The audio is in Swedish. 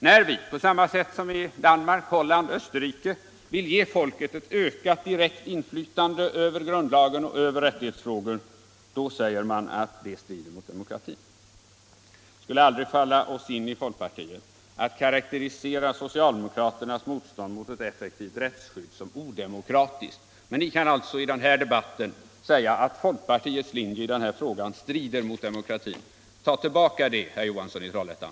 När vi på samma sätt som i Danmark, Holland och Österrike vill ge folket ett ökat direkt inflytande över grundlagar och rättighetsfrågor säger man att det strider mot demokratin. Det skulle aldrig falla oss inom folkpartiet in att karakterisera socialdemokraternas motstånd mot ett effektivt rättsskydd som odemokratiskt, men ni kan alltså i den här debatten säga att folkpartiets linje i denna fråga strider mot demokratin. Tag tillbaka det, herr Johansson i Trollhättan!